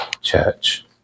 Church